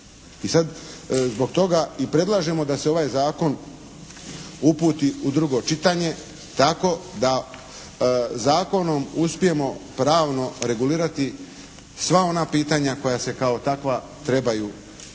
I sada zbog toga i predlažemo da se ovaj zakon uputi u drugo čitanje tako da zakonom uspijemo pravno regulirati sva ona pitanja koja se kao takva trebaju regulirati,